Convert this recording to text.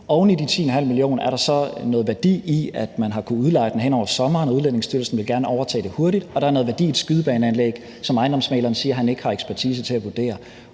Oven i de 10,5 mio. kr. er der så noget værdi i, at man har kunnet udleje den hen over sommeren. Udlændingestyrelsen vil gerne overtage det hurtigt, og der er noget værdi i et skydebaneanlæg, som ejendomsmægleren siger han ikke har ekspertise til at vurdere.